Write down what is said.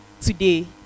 today